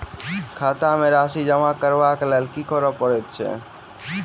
खाता मे राशि जमा करबाक लेल की करै पड़तै अछि?